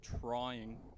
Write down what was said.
trying